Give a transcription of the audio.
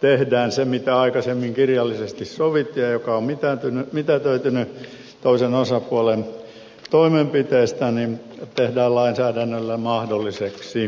tehdään mahdolliseksi se mitä aikaisemmin kirjallisesti sovittiin ja mikä on mitätöitynyt toisen osapuolen toimenpiteistä hänen tehdä lainsäädännöllä mahdolliseksi j